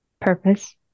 purpose